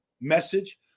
message